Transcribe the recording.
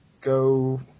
go